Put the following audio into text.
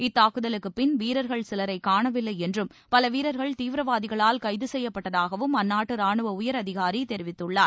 இத்தாக்குதலுக்கு பின் வீரர்கள் சிலரை காணவில்லை என்றும் பல வீரர்கள் தீவிரவாதிகளால் கைது செய்யப்பட்டுள்ளதாகவும் அந்நாட்டு ராணுவ உயர் அதிகாரி தெரிவித்துள்ளார்